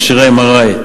מכשירי MRI,